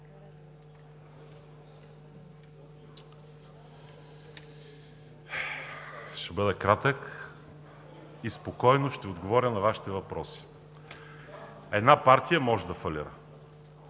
Ще бъда кратък и спокойно ще отговаря на Вашите въпроси. Една партия може да фалира